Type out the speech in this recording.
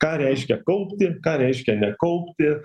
ką reiškia kaupti ką reiškia nekaupti